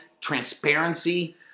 transparency